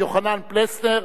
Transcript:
יוחנן פלסנר,